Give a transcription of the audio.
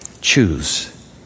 choose